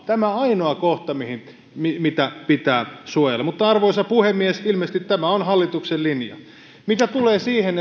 tämä ainoa kohta mitä pitää suojella mutta arvoisa puhemies ilmeisesti tämä on hallituksen linja mitä tulee siihen